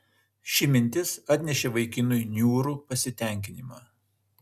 ši mintis atnešė vaikinui niūrų pasitenkinimą